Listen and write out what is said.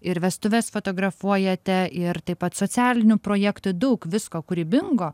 ir vestuves fotografuojate ir taip pat socialinių projektų daug visko kūrybingo